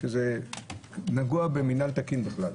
זה נגוע מבחינת מנהל תקין בכלל.